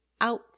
out